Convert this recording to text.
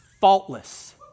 Faultless